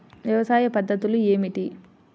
వ్యవసాయ పద్ధతులు ఏమిటి?